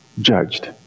judged